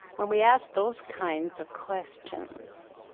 when we ask those kinds of questions,